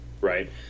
Right